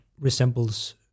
resembles